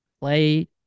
play